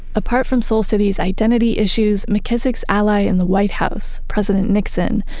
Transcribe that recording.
apart from soul city's identity issues, mckissick's ally in the white house, president nixon,